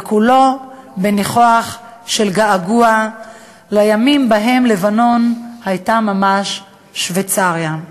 וכולו בניחוח של געגוע לימים שבהם לבנון הייתה ממש שוויצריה.